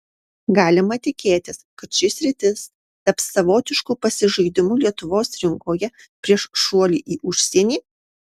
galima tikėtis kad ši sritis taps savotišku pasižaidimu lietuvos rinkoje prieš šuolį į užsienį